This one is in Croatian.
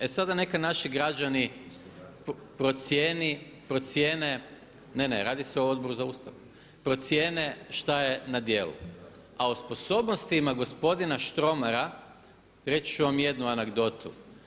E sada neka naši građani procijene, ne, ne radi se o Odboru za ustav, procijene šta je na djelu, a sposobnostima gospodina Štromara reći ću vam jednu anegdotu.